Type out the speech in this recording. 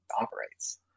operates